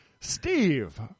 Steve